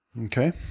Okay